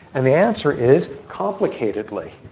and the answer is, complicatedly.